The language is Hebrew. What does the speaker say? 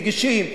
נגישים,